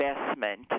investment